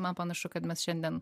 man panašu kad mes šiandien